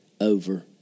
over